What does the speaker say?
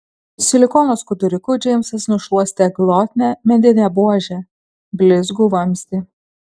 silikono skuduriuku džeimsas nušluostė glotnią medinę buožę blizgų vamzdį